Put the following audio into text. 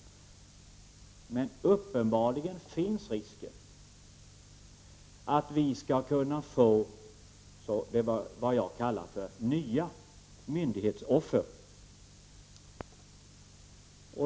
Det finns uppenbarligen en risk att vi kan få det jag kallar för nya myndighetsoffer.